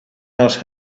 else